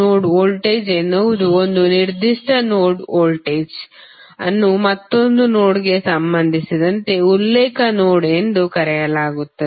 ನೋಡ್ ವೋಲ್ಟೇಜ್ ಎನ್ನುವುದು ಒಂದು ನಿರ್ದಿಷ್ಟ ನೋಡ್ನ ವೋಲ್ಟೇಜ್ ಅನ್ನು ಮತ್ತೊಂದು ನೋಡ್ಗೆ ಸಂಬಂಧಿಸಿದಂತೆ ಉಲ್ಲೇಖ ನೋಡ್ ಎಂದು ಕರೆಯಲಾಗುತ್ತದೆ